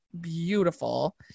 beautiful